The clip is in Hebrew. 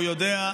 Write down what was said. הוא יודע.